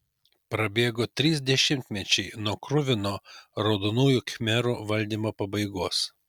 prabėgo trys dešimtmečiai nuo kruvino raudonųjų khmerų valdymo pabaigos